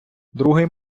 другий